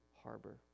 harbor